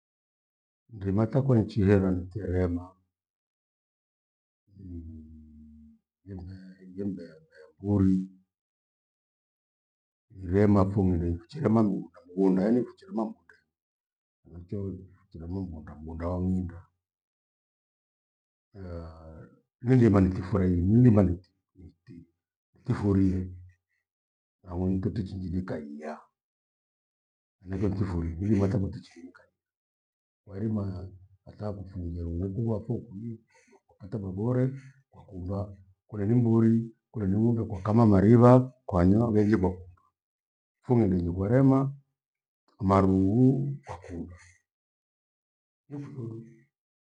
Ndima takwa nchihera ntirema nimbe- iimbe- mbembe mborii. Iremapho mndu akikucherema mndu kamegunda aini kucherema mgunde henachio kinamamgunda mgunda wa mghunda nyinda. nindima nitifurahi, nindima niti- niti- nitifurie nawo nitoti chinjinika inya, enaicho ntifurie hivimbaka ndotichinika kwairima ata akufungie rungu kuwapho kwi hata mabore kwakuvaa kweri mburi kwenye ng'ombe kwa kama maripha kwanyionge ribo funu nyingi kwarema marughu kwakugha.